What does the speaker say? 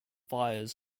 fires